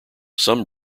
some